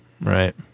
Right